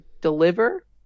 deliver